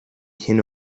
hin